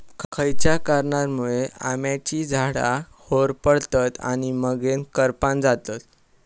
खयच्या कारणांमुळे आम्याची झाडा होरपळतत आणि मगेन करपान जातत?